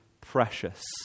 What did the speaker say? precious